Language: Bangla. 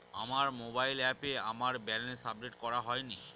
আমার মোবাইল অ্যাপে আমার ব্যালেন্স আপডেট করা হয়নি